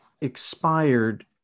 expired